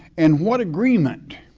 and what agreement